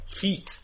heat